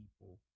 people